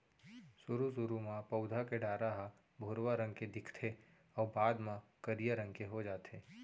सुरू सुरू म पउधा के डारा ह भुरवा रंग के दिखथे अउ बाद म करिया रंग के हो जाथे